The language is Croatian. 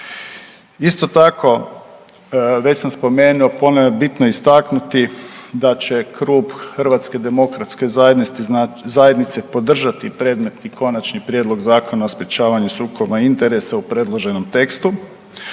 Isto tako već sam spomenuo ponovo je bitno istaknuti da će klub Hrvatske demokratske zajednice podržati predmetni Konačni prijedlog zakona o sprječavanju sukoba interesa u predloženom tekstu.